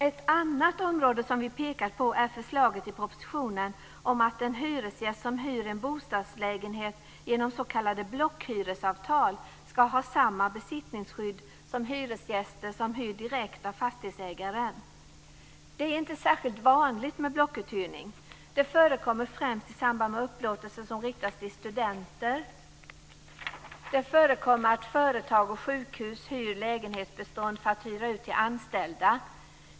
Ett annat område vi pekar på är förslaget i propositionen om att hyresgäster som hyr en bostadslägenhet genom s.k. blockhyresavtal ska ha samma besittningsskydd som hyresgäster som hyr direkt av fastighetsägaren. Det är inte särskilt vanligt med blockuthyrning. Det förekommer främst i samband med upplåtelser som riktas till studenter. Det förekommer att företag och sjukhus hyr lägenhetsbestånd för att hyra ut till anställda.